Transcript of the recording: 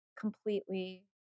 completely